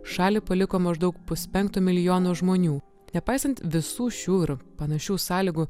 šalį paliko maždaug puspenkto milijono žmonių nepaisant visų šių ir panašių sąlygų